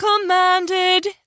commanded